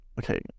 Okay